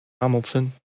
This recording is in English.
Hamilton